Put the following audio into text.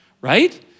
right